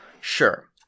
Sure